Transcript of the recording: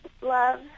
love